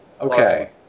Okay